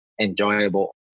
enjoyable